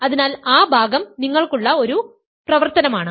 അതിനാൽ ആ ഭാഗം നിങ്ങൾക്കുള്ള ഒരു പ്രവർത്തനമാണ്